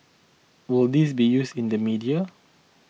will this be used in the media